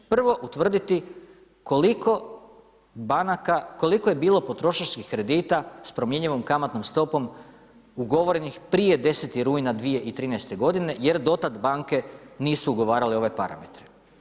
Prvo, utvrditi koliko je bilo potrošačkih kredita s promjenjivom kamatnom stopom ugovorenih prije 10. rujna 2013. godine jer do tad banke nisu ugovarale ove parametre.